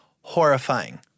horrifying